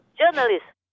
journalists